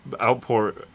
outpour